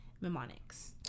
mnemonics